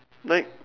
like